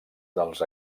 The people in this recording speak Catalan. dels